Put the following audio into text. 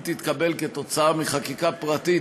אם תתקבל כתוצאה מחקיקה פרטית,